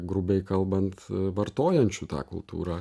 grubiai kalbant vartojančių tą kultūrą